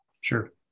Sure